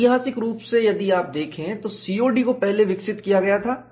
ऐतिहासिक रूप से यदि आप देखें तो COD को पहले विकसित किया गया था